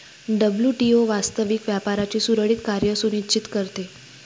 WTO वास्तविक व्यापाराचे सुरळीत कार्य सुनिश्चित करते